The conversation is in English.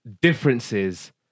differences